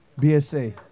BSA